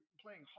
playing